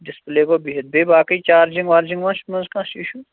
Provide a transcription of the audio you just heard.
display گوٚو بِہِتھ بیٚیہِ باقٕے چارجِنٛگ وارجِنٛگ ما چھِ منٛز کانٛہہ اِشوٗ